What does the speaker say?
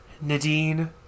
Nadine